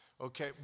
Okay